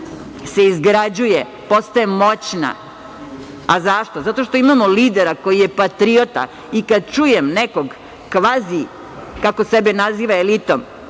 se izgrađuje, postaje moćna. Zašto? Zato što imamo lidera koji je patriota. Kad čujem nekog kvazi kako sebe naziva elitom,